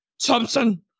Thompson